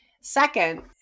Second